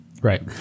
Right